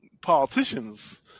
politicians